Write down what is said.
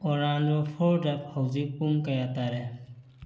Orlando Florida ꯍꯧꯖꯤꯛ ꯄꯨꯡ ꯀꯌꯥ ꯇꯥꯔꯦ